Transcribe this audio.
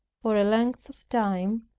for a length of time,